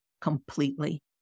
completely